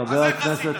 מה אתה עשית?